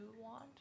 want